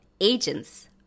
agents